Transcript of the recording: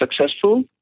successful